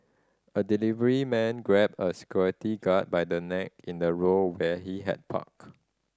a delivery man grabbed a security guard by the neck in a row where he had parked